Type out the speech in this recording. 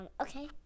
okay